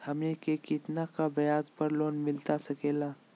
हमनी के कितना का ब्याज पर लोन मिलता सकेला?